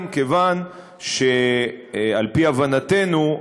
כיוון שעל פי הבנתנו,